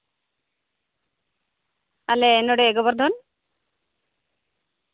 ᱟᱞᱮ ᱱᱚᱰᱮ ᱜᱚᱵᱚᱨᱫᱷᱚᱱ